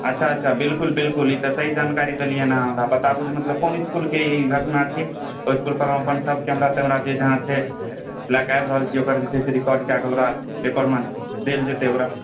अच्छा अच्छा बिल्कुल बिल्कुल ई तऽ सही जानकारी देलियैन हँ बताबु जे ई कोन इसकुलके घटना छैक ओहि इसकुल पर हम सब अपन कैमरा तैमरा जे जहाँ छै लए कऽ आबि रहल छी ओकर जे छै से रिकॉर्ड कए कऽ ओकरा पेपरमे देल जेतै ओकरा